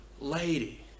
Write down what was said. lady